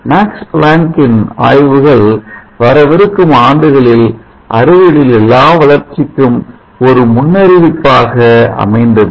maths Planck இன் ஆய்வுகள் வரவிருக்கும் ஆண்டுகளில் அறிவியலில் எல்லா வளர்ச்சிக்கும் ஒரு முன்னறிவிப்பாக அமைந்தது